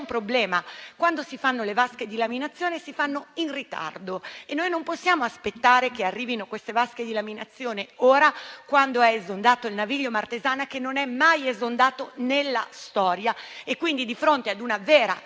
problema è che quando si fanno le vasche di laminazione, le si fanno in ritardo e noi non possiamo aspettare che queste vasche arrivino ora, quando è esondato il Naviglio della Martesana, che non è mai esondato nella storia. Di fronte ad una vera